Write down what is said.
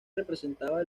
representaba